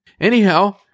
Anyhow